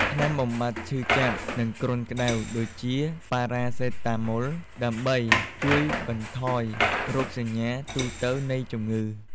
ថ្នាំបំបាត់ឈឺចាប់ និងគ្រុនក្តៅ ដូចជា ប៉ារ៉ាសេតាម៉ុល ដើម្បីជួយបន្ថយរោគសញ្ញាទូទៅនៃជំងឺ។